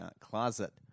closet